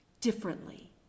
differently